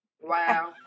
Wow